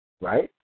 right